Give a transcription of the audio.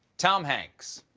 tom hanks!